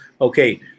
okay